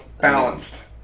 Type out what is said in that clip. balanced